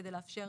כדי לאפשר